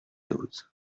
dose